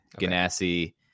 Ganassi